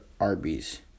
Arby's